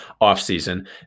offseason